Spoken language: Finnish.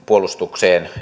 puolustukseen